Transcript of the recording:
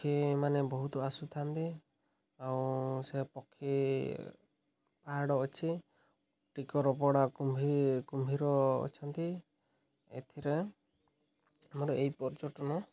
ପକ୍ଷୀମାନେ ବହୁତ ଆସୁଥାନ୍ତି ଆଉ ସେ ପକ୍ଷୀ ପାହାଡ଼ ଅଛି ଟିକର ପଡ଼ା କୁମ୍ଭୀ କୁମ୍ଭୀର ଅଛନ୍ତି ଏଥିରେ ଆମର ଏଇ ପର୍ଯ୍ୟଟନ